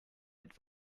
mit